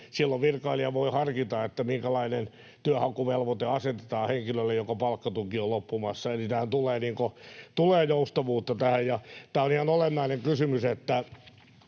aikaan, virkailija voi harkita, minkälainen työnhakuvelvoite asetetaan henkilölle, jonka palkkatuki on loppumassa, eli tähän tulee joustavuutta. Tämä on ihan olennainen kysymys,